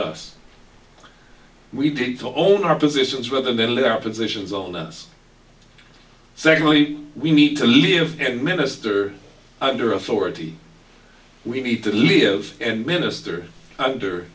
us we didn't own our positions where they lead our positions old us secondly we need to live and minister under authority we need to live and minister under